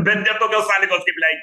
bet ne tokios sąlygos kaip lenkijoj